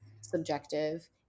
subjective